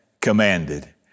commanded